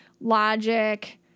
logic